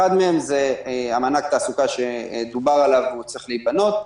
אחד מהם זה מענק תעסוקה שדובר עליו הוא צריך להיבנות.